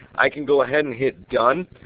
i can go ahead and hit done,